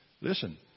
Listen